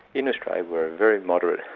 in australia, we're a very moderate,